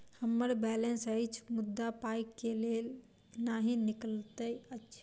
हम्मर बैलेंस अछि मुदा पाई केल नहि निकलैत अछि?